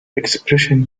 expression